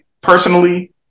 personally